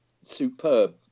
superb